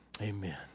Amen